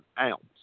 ounce